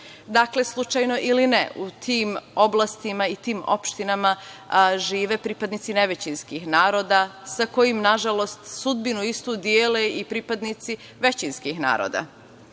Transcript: slučajno ili ne, u tim oblastima i tim opštinama žive pripadnici nevećinskih naroda sa kojima, nažalost, sudbinu istu dele i pripadnici većinskih naroda.